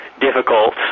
difficult